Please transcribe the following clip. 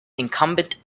incumbent